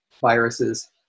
viruses